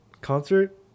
concert